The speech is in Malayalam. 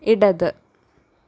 ഇടത്